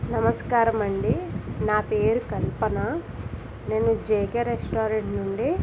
నమస్కారం అండి నా పేరు కల్పన నేను జేకే రెస్టారెంట్ నుండి